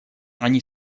они